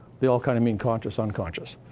they all kind of mean conscious, unconscious.